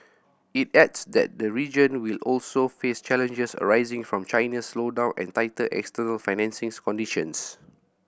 it adds that the region will also face challenges arising from China's slowdown and tighter external financing conditions